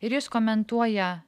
ir jis komentuoja